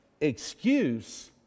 excuse